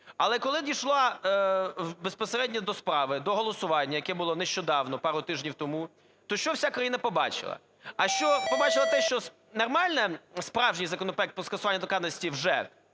Але коли дійшли безпосередньо до справи, до голосування, яке було нещодавно, пару тижнів тому, то що вся країна побачила? Побачила те, що нормально справжній законопроект про скасування недоторканності вже